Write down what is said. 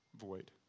void